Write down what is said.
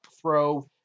throw